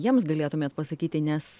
jiems galėtumėt pasakyti nes